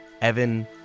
Evan